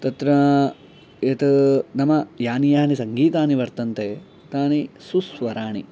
तत्र यत् नाम यानि यानि सङ्गीतानि वर्तन्ते तानि सुस्वराणि